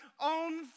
own